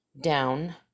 down